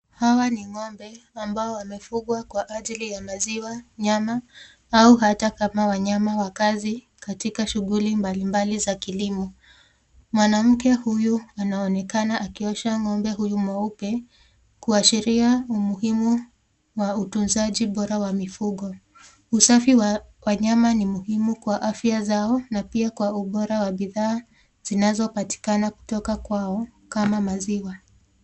Hawa ni ng'ombe ambao wamefungwa kwa ajili ya maziwa, nyama au hata kama wanyama wa kazi katika shughuli mbalimbali za kilimo. Mwanamke huyu anaonekana akiosha ng'ombe huyu mweupe kuashiria umuhimu wa utunzaji bora wa mifugo. Usafi wa wanayama ni muhimu kwa afya zao na pia kwa ubora wa bidhaa zinazopatatikana kutoka kwao kama maziwa.